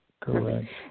Correct